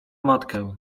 matkę